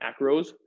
macros